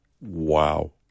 Wow